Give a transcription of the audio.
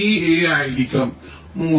ഈ A ആയിരിക്കും 3